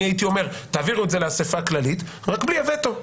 אני הייתי אומר שתעבירו את זה לאספה הכללית רק בלי הווטו,